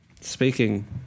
Speaking